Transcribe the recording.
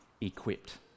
equipped